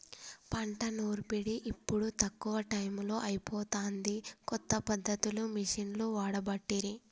పంట నూర్పిడి ఇప్పుడు తక్కువ టైములో అయిపోతాంది, కొత్త పద్ధతులు మిషిండ్లు వాడబట్టిరి